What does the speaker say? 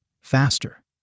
faster